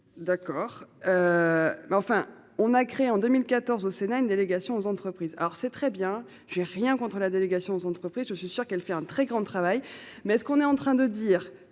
D'accord. Mais enfin on a créé en 2014 au Sénat. Une délégation aux entreprises. Alors c'est très bien, j'ai rien contre la délégation aux entreprises. Je suis sûre qu'elle fait un très grand travail mais est-ce qu'on est en train de dire